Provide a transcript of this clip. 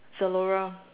Zalora